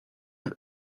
have